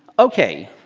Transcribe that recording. ok,